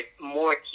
more